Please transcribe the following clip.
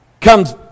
comes